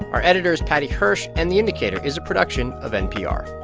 our editor is paddy hirsch, and the indicator is a production of npr